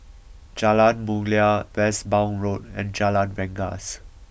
Jalan Mulia Westbourne Road and Jalan Rengas